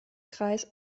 kreis